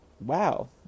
wow